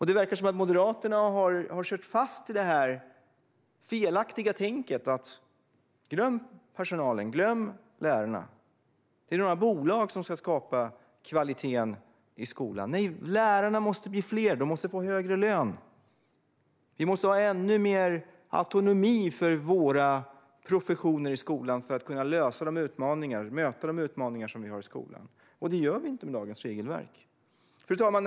Det verkar som om Moderaterna har kört fast i det felaktiga tänket: Glöm personalen och lärarna - här är det några bolag som ska skapa kvaliteten i skolan! Nej, lärarna måste bli fler. De måste få högre lön. Vi måste ha ännu mer autonomi för våra professioner i skolan för att kunna möta de utmaningar som skolan har. Det gör vi inte med dagens regelverk. Fru talman!